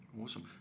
Awesome